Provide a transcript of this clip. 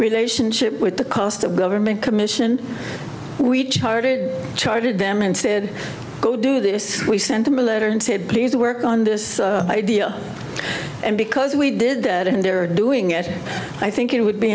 relationship with the cost of government commission we charted charted them and said go do this we sent them a letter and said please work on this idea and because we did it and they're doing it i think it would be